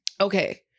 Okay